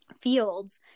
fields